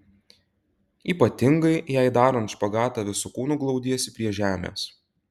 ypatingai jei darant špagatą visu kūnu glaudiesi prie žemės